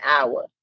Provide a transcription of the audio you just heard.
hour